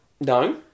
No